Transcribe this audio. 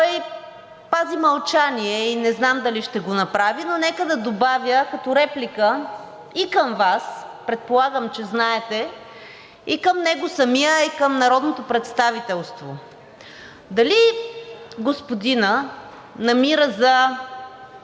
Той пази мълчание и не знам дали ще го направи. Но нека да добавя като реплика и към Вас – предполагам, че знаете, и към него самия, и към народното представителство – дали господинът намира за